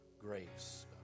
grace